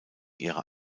ihrer